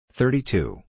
thirty-two